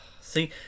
See